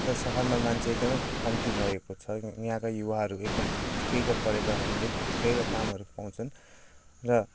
उता सहरमा मान्छे एकदमै कम्ति भएको छ यहाँ युवाहरू एकदम ठिकैका पढेका हुनाले ठिकैका कामहरू पाउँछन् र